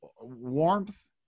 warmth